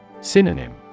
Synonym